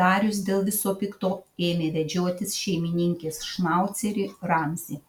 darius dėl viso pikto ėmė vedžiotis šeimininkės šnaucerį ramzį